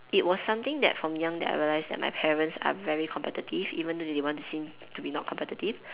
it was something that from young that I realise that my parents are very competitive even though they want to seem to be not competitive